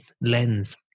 lens